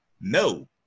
No